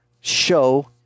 show